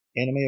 Anime